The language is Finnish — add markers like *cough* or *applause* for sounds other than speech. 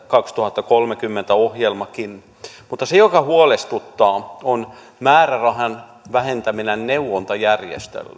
kaksituhattakolmekymmentä ohjelmakin mutta se mikä huolestuttaa on määrärahan vähentäminen neuvontajärjestöiltä *unintelligible*